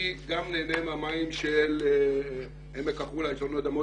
אני גם נהנה מהמים של עמק החולה, יש לנו שם אדמות,